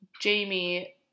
Jamie